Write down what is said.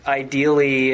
ideally